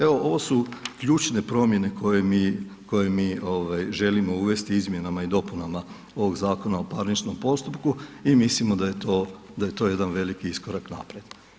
Evo, ovo su ključne promjene koje mi želimo uvesti izmjenama i dopunama ovog Zakona o parničkom postupku i mislimo da je to jedan veliki iskorak napretka.